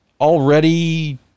Already